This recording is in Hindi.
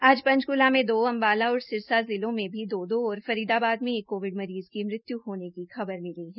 आज पंचकला में दो अंबाला और सिरसा जिलों में भी दो दो और फरीदाबाद में एक कॉविड मरीजों की मृत्यु होने की भी खबर मिली है